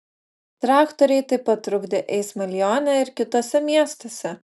traktoriai taip pat trukdė eismą lione ir kituose miestuose